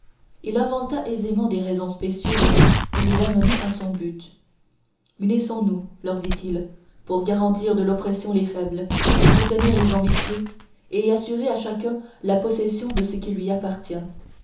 il inventa aisément des raisons spécieuses pour les amener à son but unissons nous leur dit-il pour garantir de l'oppression les faibles contenir les ambitieux et assurer à chacun la possession de ce qui lui appartient